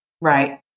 Right